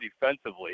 defensively